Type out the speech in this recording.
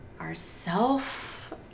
ourself